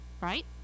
Right